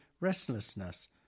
restlessness